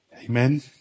Amen